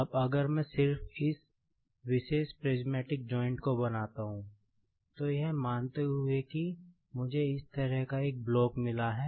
अब अगर मैं सिर्फ इस विशेष प्रिस्मैटिक जॉइंट् को बनाता हूं तो यह मानते हुए कि मुझे इस तरह का एक ब्लॉक मिला है